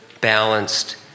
balanced